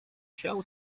siał